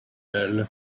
elle